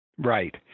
Right